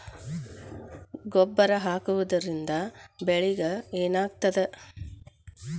ಗೊಬ್ಬರ ಹಾಕುವುದರಿಂದ ಬೆಳಿಗ ಏನಾಗ್ತದ?